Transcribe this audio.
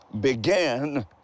began